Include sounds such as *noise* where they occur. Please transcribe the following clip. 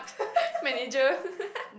manager *laughs*